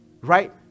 Right